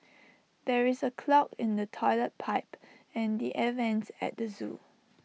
there is A clog in the Toilet Pipe and the air Vents at the Zoo